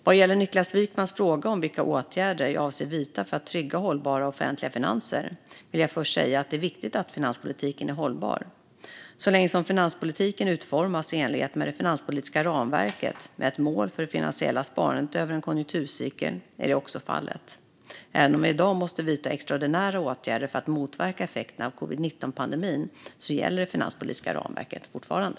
Vad gäller Niklas Wykmans fråga om vilka åtgärder jag avser att vidta för att trygga hållbara offentliga finanser vill jag först säga att det är viktigt att finanspolitiken är hållbar. Så länge som finanspolitiken utformas i enlighet med det finanspolitiska ramverket, med ett mål för det finansiella sparandet över en konjunkturcykel, är det också fallet. Även om vi i dag måste vidta extraordinära åtgärder för att motverka effekterna av covid-19-pandemin gäller det finanspolitiska ramverket fortfarande.